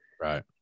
right